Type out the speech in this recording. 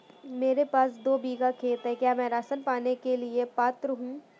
मेरे पास दो बीघा खेत है क्या मैं राशन पाने के लिए पात्र हूँ?